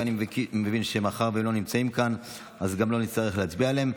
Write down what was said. ואני מבין שמאחר שהם לא נמצאים כאן אז גם לא נצטרך להצביע עליהן.